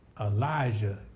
Elijah